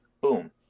Boom